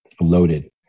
loaded